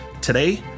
Today